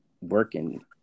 working